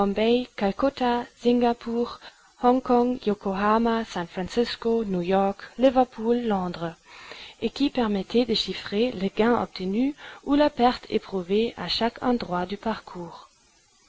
francisco new york liverpool londres et qui permettait de chiffrer le gain obtenu où la perte éprouvée à chaque endroit du parcours